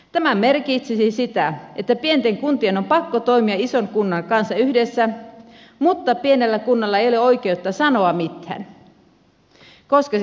tämä merkitsisi sitä että pienten kuntien on pakko toimia ison kunnan kanssa yhdessä mutta pienellä kunnalla ei ole oikeutta sanoa mitään koska se kuuluu vähemmistöön